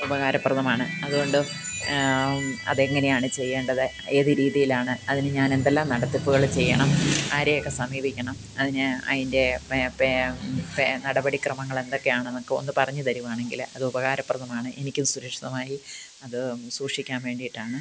ഉപകാരപ്രദമാണ് അത് കൊണ്ട് അത് എങ്ങനെയാണ് ചെയ്യേണ്ടത് ഏത് രീതിയിലാണ് അതിന് ഞാൻ എന്തെല്ലാം നടത്തിപ്പുകൾ ചെയ്യണം ആരെയൊക്കെ സമീപിക്കണം അതിന് അതിൻ്റെ നടപടി ക്രമങ്ങൾ എന്തൊക്കെയാണ് എന്നൊക്കെ ഒന്ന് പറഞ്ഞു തരുകയാണെങ്കിൽ അത് ഉപകാരപ്രദമാണ് എനിക്കും സുരക്ഷിതമായി അത് സൂക്ഷിക്കാൻ വേണ്ടിയിട്ടാണ്